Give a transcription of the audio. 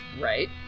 Right